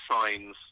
signs